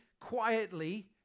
quietly